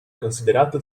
considerato